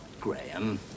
Graham